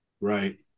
Right